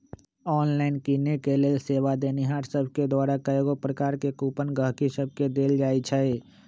online किनेके लेल सेवा देनिहार सभके द्वारा कएगो प्रकार के कूपन गहकि सभके देल जाइ छइ